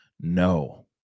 No